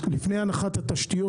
לפני שהנחת התשתיות,